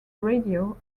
radio